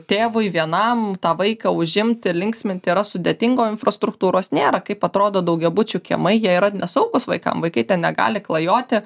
tėvui vienam tą vaiką užimti ir linksmint yra sudėtinga o infrastruktūros nėra kaip atrodo daugiabučių kiemai jie yra nesaugūs vaikam vaikai ten negali klajoti